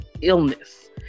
illness